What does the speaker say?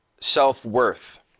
self-worth